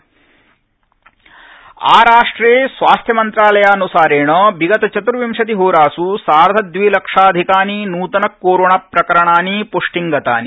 क्रोविड अदयतनम् आराष्ट्रे स्वास्थ्यमन्त्रालयान्सारेण विगतचतुर्विशति होरास् सार्धद्विलक्षादधिकानि नूतन कोरोणा प्रकरणानि पृष्टिं गतानि